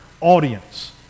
audience